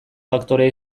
faktorea